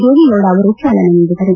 ದೇವೇಗೌಡ ಅವರು ಚಾಲನೆ ನೀಡಿದರು